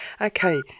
Okay